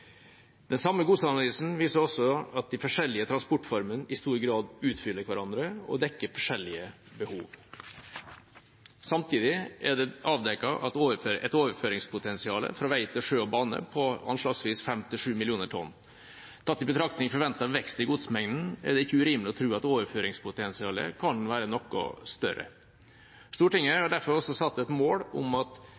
Den samme godsanalysen viser også at de forskjellige transportformene i stor grad utfyller hverandre og dekker forskjellige behov. Samtidig er det avdekket et overføringspotensial fra vei til sjø og bane på anslagsvis 5–7 mill. tonn. Tatt i betraktning forventet vekst i godsmengden er det ikke urimelig å tro at overføringspotensialet kan være noe større. Stortinget